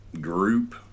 group